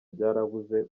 byarabuze